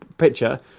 picture